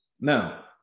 Now